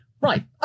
right